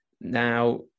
Now